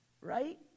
right